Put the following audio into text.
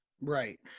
Right